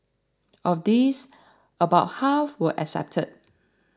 of these about half were accepted